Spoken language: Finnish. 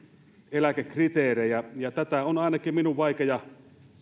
eläkekriteerejä ja tätä on ainakin minun vaikea